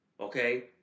okay